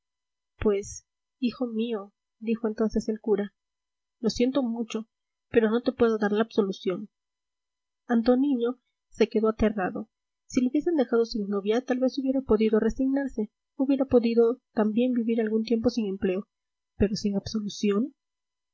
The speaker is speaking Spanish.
pues hijo mío dijo entonces el cura lo siento mucho pero no te puedo dar la absolución antoniño se quedó aterrado si le hubiesen dejado sin novia tal vez hubiera podido resignarse hubiera podido también vivir algún tiempo sin empleo pero sin absolución